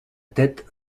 tête